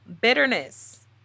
bitterness